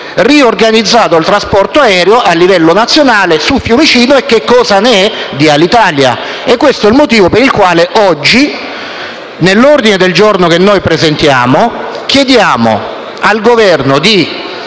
riorganizzato il trasporto aereo a livello nazionale su Fiumicino né cosa sarebbe stato di Alitalia. Questo è il motivo per il quale oggi, nell'ordine del giorno che presentiamo, chiediamo al Governo